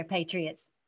Patriots